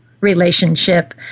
relationship